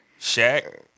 Shaq